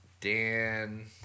Dan